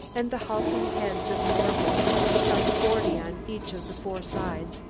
and the hulking heads of more bolts, some forty on each of the four sides,